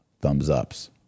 thumbs-ups